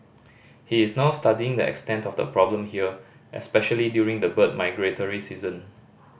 he is now studying the extent of the problem here especially during the bird migratory season